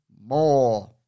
more